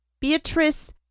Beatrice